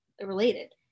related